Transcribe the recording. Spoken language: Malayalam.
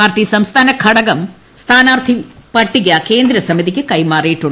പാർട്ടി സംസ്ഥാന ഘടകം സ്ഥാനാർത്ഥി പട്ടിക കേന്ദ്ര സമിതിക്ക് കൈമാറിയിട്ടുണ്ട്